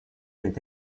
mit